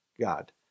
God